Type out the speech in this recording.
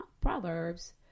Proverbs